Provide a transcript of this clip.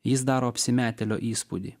jis daro apsimetėlio įspūdį